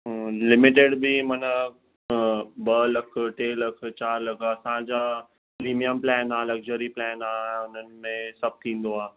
हूअं लिमिटेड बि माना ॿ लख टे लख चारि लख असां जा प्रिमीयम प्लैन आहे लक्ज़री प्लैन आहे हुननि में सभु थींदो आहे